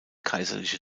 kaiserliche